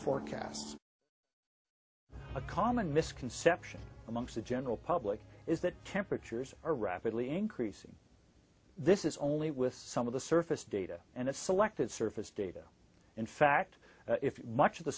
forecasts a common misconception amongst the general public is that temperatures are rapidly increasing this is only with some of the surface data and a selected surface data in fact if much of the